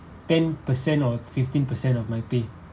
ten percent or fifteen percent of my pay